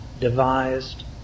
devised